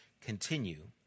continue